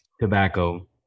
tobacco